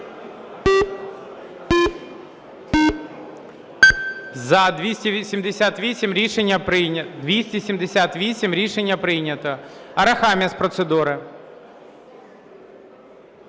За-278 Рішення прийнято. Арахамія з процедури.